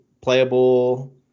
playable